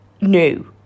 new